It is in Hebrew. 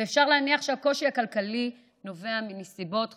ואפשר להניח שהקושי הכלכלי נובע מנסיבות חיצוניות,